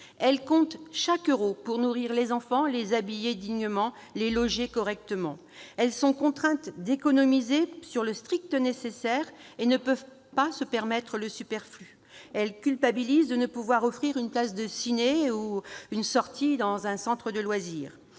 elles comptent chaque euro pour nourrir leurs enfants, les habiller dignement et les loger correctement ; elles sont contraintes d'économiser pour le strict nécessaire et ne peuvent se permettre le superflu ; elles culpabilisent de ne pas pouvoir leur offrir une place de cinéma ou une sortie dans un parc d'attractions.